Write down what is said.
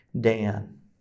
Dan